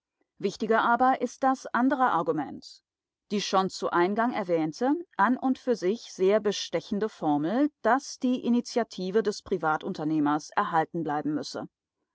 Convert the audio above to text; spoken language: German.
wichtiger aber ist das andere argument die schon zu eingang erwähnte an und für sich sehr bestechende formel daß die initiative des privatunternehmers erhalten bleiben müsse